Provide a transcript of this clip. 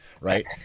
Right